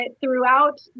Throughout